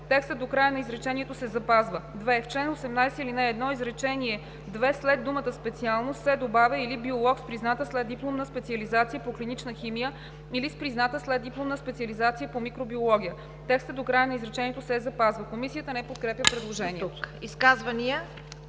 Текстът до края на изречението се запазва. 2. В чл. 18, ал. 1, изречение 2 след думата „специалност“, се добавя „или биолог с призната следдипломна специализация по клинична химия или с призната следдипломна специализация по микробиология“. Текстът до края на изречението се запазва.“ Комисията не подкрепя предложението.